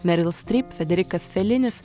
meril stryp federikas felinis